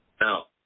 Now